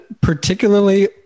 particularly